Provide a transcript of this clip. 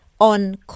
on